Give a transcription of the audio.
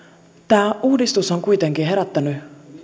tämä uudistus on kuitenkin herättänyt